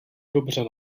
dobře